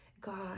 God